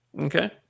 okay